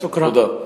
תודה.